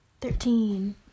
thirteen